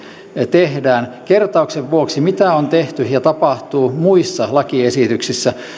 tehdään kertauksen vuoksi mitä on tehty ja tapahtuu muissa lakiesityksissä